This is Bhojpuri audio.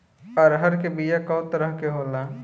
अरहर के बिया कौ तरह के होला?